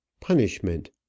Punishment